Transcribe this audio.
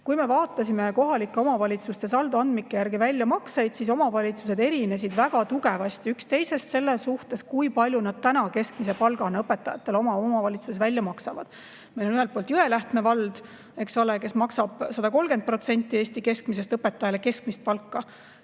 Kui me vaatasime kohalike omavalitsuste saldoandmike järgi väljamakseid, siis omavalitsused erinesid väga tugevasti üksteisest selle poolest, kui palju nad keskmise palgana õpetajatele oma omavalitsuses välja maksavad. Meil on ühelt poolt Jõelähtme vald, kes maksab 130% Eesti keskmisest õpetajale keskmist palka,